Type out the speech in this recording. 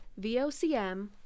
VOCM